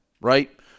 right